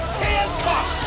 handcuffs